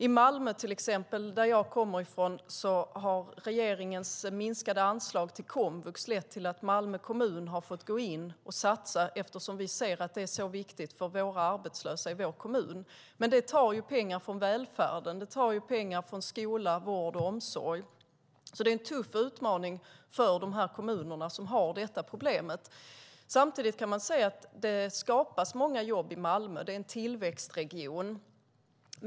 I Malmö till exempel, som jag kommer från, har regeringens minskade anslag till komvux lett till att Malmö kommun har fått gå in och satsa, eftersom vi ser att det är så viktigt för våra arbetslösa i vår kommun. Men det tar ju pengar från välfärden, från skola, vård och omsorg, så det är en tuff utmaning för de kommuner som har detta problem. Samtidigt kan man se att det skapas många jobb i Malmö. Det är en tillväxtregion.